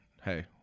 hey